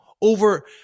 over